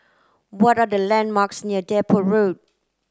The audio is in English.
what are the landmarks near Depot Road